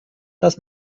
dass